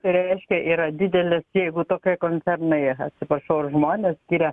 tai reiškia yra didelės jeigu tokie koncernai atsiprašau ir žmonės skiria